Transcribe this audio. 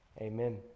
Amen